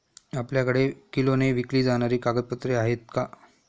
आपल्याकडे किलोने विकली जाणारी कागदपत्रे आहेत का?